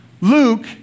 Luke